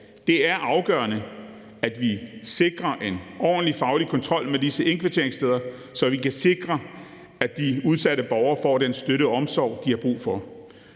Det er afgørende, at vi sikrer en ordentlig faglig kontrol med disse indkvarteringssteder, så vi kan sikre, at de udsatte borgere får den støtte og omsorg, de har brug for.